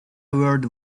word